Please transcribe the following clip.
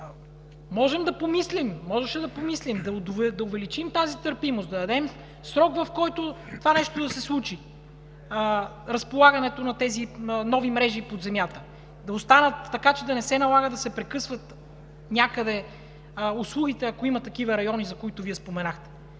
Можеше да помислим да увеличим тази търпимост, да дадем срок, в който това нещо да се случи – разполагането на тези нови мрежи под земята да останат така, че да не се налага да се прекъсват някъде услугите, ако има такива райони, за които Вие споменахте.